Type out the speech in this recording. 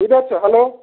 বুঝতে পারছ হ্যালো